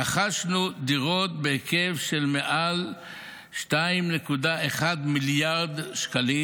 רכשנו דירות בהיקף של מעל 2.1 מיליארד שקלים